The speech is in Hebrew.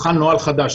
שהוכן נוהל חדש.